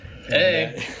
Hey